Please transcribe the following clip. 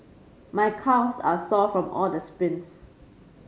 my calves are sore from all the sprints